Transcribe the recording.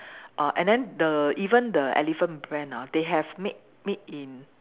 err and then the even the elephant brand ah they have made made in